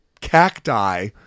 cacti